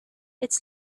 its